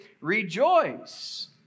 rejoice